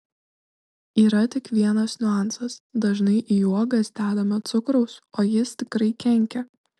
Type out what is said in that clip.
yra tik vienas niuansas dažnai į uogas dedame cukraus o jis tikrai kenkia